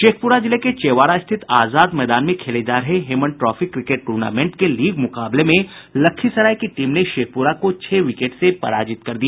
शेखपुरा जिले के चेवाड़ा स्थित आजाद मैदान में खेले जा रहे हेमन ट्रॉफी क्रिकेट टूर्नामेंट के लीग मुकाबले में लखीसराय की टीम ने शेखपुरा को छह विकेट से पराजित कर दिया